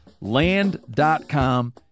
Land.com